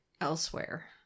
elsewhere